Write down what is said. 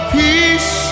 peace